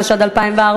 התשע"ד 2014,